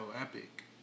epic